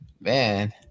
Man